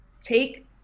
Take